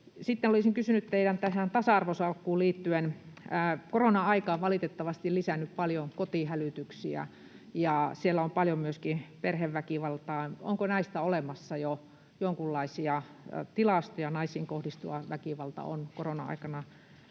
Sitten olisin kysynyt tähän teidän tasa-arvosalkkuunne liittyen: Korona-aika on valitettavasti lisännyt paljon kotihälytyksiä, ja siellä on paljon myöskin perheväkivaltaa. Onko näistä jo olemassa jonkunlaisia tilastoja? Myös naisiin kohdistuva väkivalta on korona-aikana